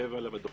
תשב על המדוכה